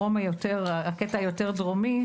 הקטע היותר דרומי,